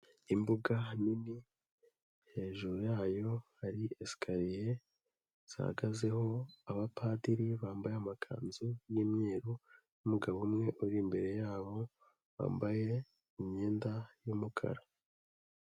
Imbuga nini, hejuru yayo hari escariye zihagazeho abapadiri bambaye amakanzu y'umweru n'umugabo umwe uri imbere yabo bambaye imyenda y'umukara.